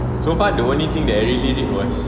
so far the only thing that I really read was